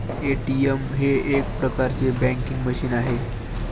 ATM हे एक प्रकारचे बँकिंग मशीन आहे